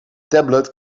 tablet